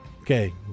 Okay